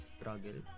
Struggle